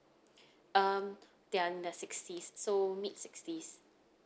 um they're in their sixties so mid sixties